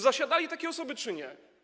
Zasiadały takie osoby czy nie?